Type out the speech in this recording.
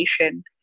education